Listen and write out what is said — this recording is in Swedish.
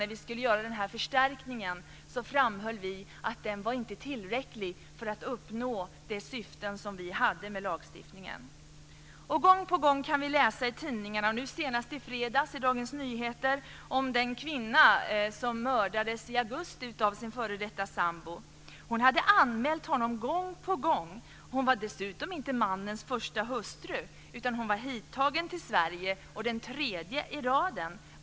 När vi skulle göra förstärkningen framhöll vi att den inte var tillräcklig för att nå de syften som vi hade med lagstiftningen. Gång på gång läser vi i tidningarna - senast i fredagens Dagens Nyheter - om den kvinna som mördades i augusti av sin f.d. sambo. Hon hade anmält honom upprepade gånger. Hon var dessutom inte mannens första hustru utan var hittagen till Sverige som den tredje i raden.